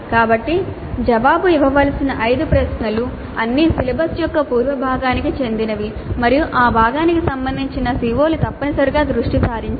కాబట్టి జవాబు ఇవ్వవలసిన 5 ప్రశ్నలు అన్నీ సిలబస్ యొక్క పూర్వ భాగానికి చెందినవి మరియు ఆ భాగానికి సంబంధించిన CO లు తప్పనిసరిగా దృష్టి సారించాయి